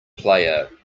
player